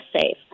safe